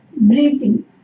breathing